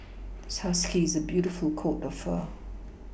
this husky has a beautiful coat of fur